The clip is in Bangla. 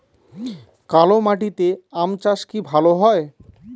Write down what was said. কালো মাটিতে আম চাষ কি ভালো হয়?